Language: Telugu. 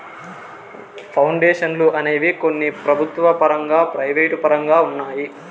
పౌండేషన్లు అనేవి కొన్ని ప్రభుత్వ పరంగా ప్రైవేటు పరంగా ఉన్నాయి